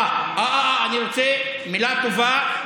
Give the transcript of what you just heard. אני רוצה מילה טובה,